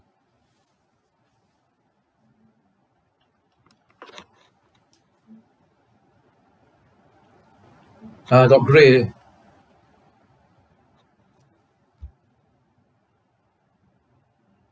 ha got grey